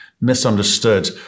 misunderstood